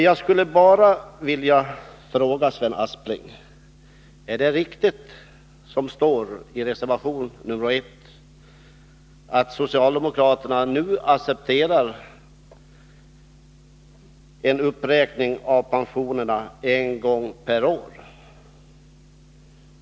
Jag skulle bara vilja fråga Sven Aspling: Är det riktigt som det står i reservation 1 att socialdemokraterna nu accepterar en uppräkning av pensionerna en gång per år?